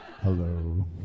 Hello